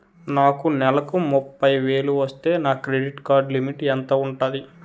నాకు నెలకు ముప్పై వేలు వస్తే నా క్రెడిట్ కార్డ్ లిమిట్ ఎంత ఉంటాది?